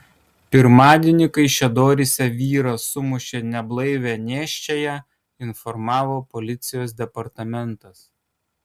pirmadienį kaišiadoryse vyras sumušė neblaivią nėščiąją informavo policijos departamentas